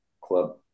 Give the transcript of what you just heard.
club